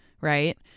Right